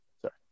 Sorry